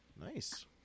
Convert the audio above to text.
nice